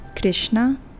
krishna